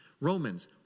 Romans